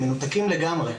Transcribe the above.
הם מנותקים לגמרי,